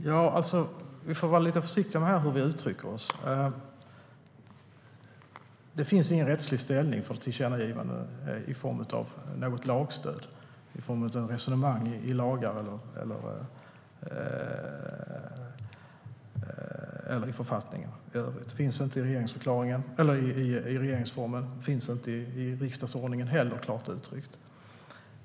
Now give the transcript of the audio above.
Herr talman! Vi får vara lite försiktiga med hur vi uttrycker oss. Det finns ingen rättslig ställning för tillkännagivanden i form av lagstöd eller resonemang i lagar eller författningar. Det finns inte klart uttryckt i regeringsformen eller i riksdagsordningen.